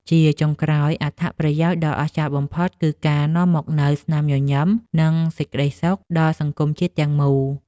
ជាចុងក្រោយ អត្ថប្រយោជន៍ដ៏អស្ចារ្យបំផុតគឺការនាំមកនូវ ស្នាមញញឹម និងសេចក្ដីសុខ ដល់សង្គមជាតិទាំងមូល។